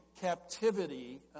captivity